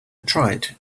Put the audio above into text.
tried